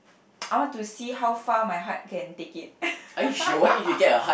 I want to see how far my heart can take it